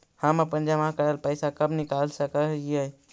हम अपन जमा करल पैसा कब निकाल सक हिय?